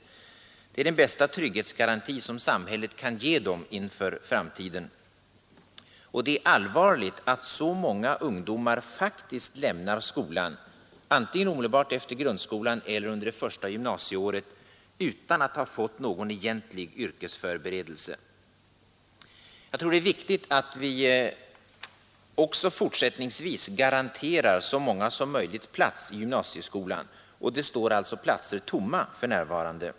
Det är den bästa trygghetsgaranti som samhället kan ge dem inför framtiden. Det är allvarligt att så många ungdomar lämnar skolan, antingen omedelbart efter grundskolan eller under det första gymnasieåret, utan att ha fått någon egentlig yrkesförberedelse. Jag tror det är viktigt att vi också fortsättningsvis garanterar så många som möjligt plats i gymnasieskolan. Där står alltså platser tomma för närvarande.